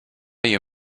you